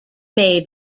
may